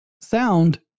Sound